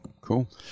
Cool